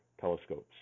telescopes